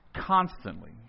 constantly